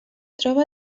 troba